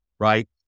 right